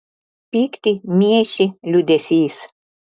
pyktį miešė liūdesys